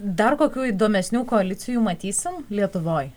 dar kokių įdomesnių koalicijų matysim lietuvoj